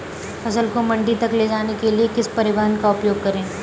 फसल को मंडी तक ले जाने के लिए किस परिवहन का उपयोग करें?